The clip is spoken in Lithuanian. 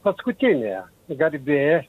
paskutiniojo garbė